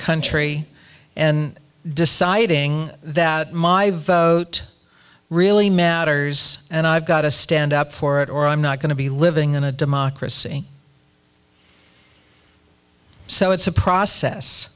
country and deciding that my vote really matters and i've got to stand up for it or i'm not going to be living in a democracy so it's a process